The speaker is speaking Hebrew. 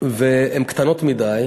והן קטנות מדי.